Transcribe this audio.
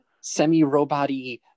semi-robot-y